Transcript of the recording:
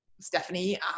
Stephanie